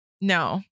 no